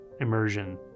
immersion